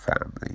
family